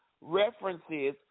references